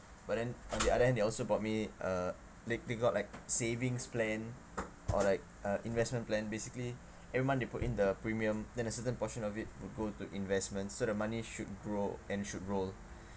but then on the other hand they also bought me uh they they got like savings plan or like uh investment plan basically every month they put in the premium then a certain portion of it will go to investments so the money should grow and should roll